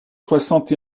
soixante